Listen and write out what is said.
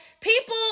people